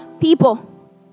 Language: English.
people